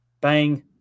Bang